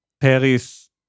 Paris